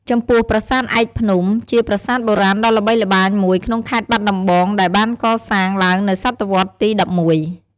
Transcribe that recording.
ចំពោះប្រាសាទឯកភ្នំ ជាប្រាសាទបុរាណដ៏ល្បីល្បាញមួយក្នុងខេត្តបាត់ដំបងដែលបានកសាងឡើងនៅសតវត្សរ៍ទី១១។